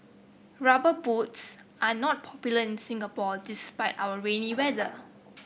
rubber boots are not popular in Singapore despite our rainy weather